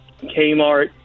Kmart